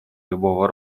любого